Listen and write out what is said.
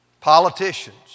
politicians